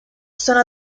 sono